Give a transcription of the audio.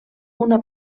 una